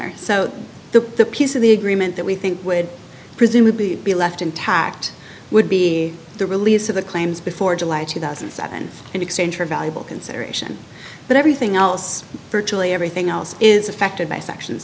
honor so the piece of the agreement that we think would presumably be left intact would be the release of the claims before july two thousand and seven in exchange for valuable consideration but everything else virtually everything else is affected by section